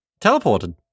Teleported